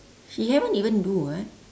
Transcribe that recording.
he haven't even do [what]